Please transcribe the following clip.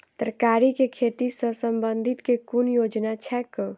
तरकारी केँ खेती सऽ संबंधित केँ कुन योजना छैक?